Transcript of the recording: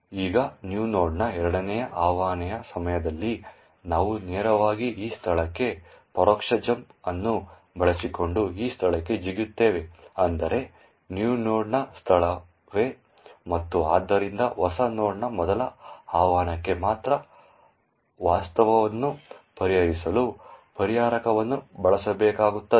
ಈಗ new node ನ ಎರಡನೇ ಆವಾಹನೆಯ ಸಮಯದಲ್ಲಿ ನಾವು ನೇರವಾಗಿ ಈ ಸ್ಥಳಕ್ಕೆ ಪರೋಕ್ಷ ಜಂಪ್ ಅನ್ನು ಬಳಸಿಕೊಂಡು ಈ ಸ್ಥಳಕ್ಕೆ ಜಿಗಿಯುತ್ತೇವೆ ಅಂದರೆ new node ನ ಸ್ಥಳವೇ ಮತ್ತು ಆದ್ದರಿಂದ ಹೊಸ ನೋಡ್ನ ಮೊದಲ ಆಹ್ವಾನಕ್ಕೆ ಮಾತ್ರ ವಾಸ್ತವವನ್ನು ಪರಿಹರಿಸಲು ಪರಿಹಾರಕವನ್ನು ಬಳಸಬೇಕಾಗುತ್ತದೆ